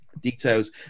Details